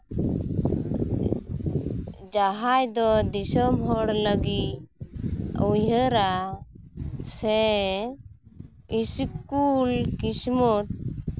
ᱡᱟᱦᱟᱸᱭ ᱫᱚ ᱫᱤᱥᱚᱢ ᱦᱚᱲ ᱞᱟᱹᱜᱤᱫ ᱩᱭᱦᱟᱹᱨᱟ ᱥᱮ ᱤᱥᱠᱩᱞ ᱠᱤᱥᱢᱚᱛ